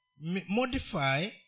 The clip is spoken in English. modify